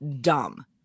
dumb